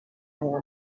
aya